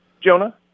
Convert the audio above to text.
Jonah